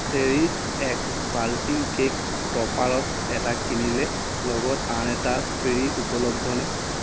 Cherish X বাল্টিং cake টপাৰত এটা কিনিলে লগত আন এটা ফ্ৰী উপলব্ধনে